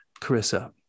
Carissa